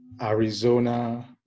arizona